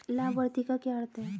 लाभार्थी का क्या अर्थ है?